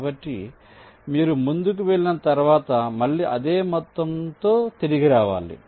కాబట్టి మీరు ముందుకు వెళ్ళిన తర్వాత మళ్ళీ ఆ మొత్తంతో తిరిగి రావాలి